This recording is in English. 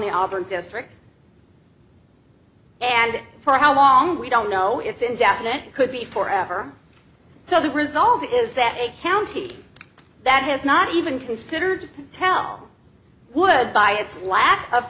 the auburn district and for how long we don't know it's indefinite could be for ever so the result is that a county that has not even considered to tell would by its lack of